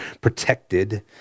protected